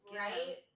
right